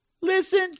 listen